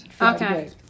Okay